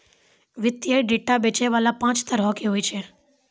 वित्तीय डेटा बेचै बाला पांच तरहो के होय छै